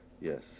Yes